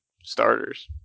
starters